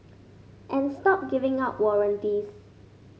and stop giving out warranties